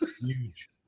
Huge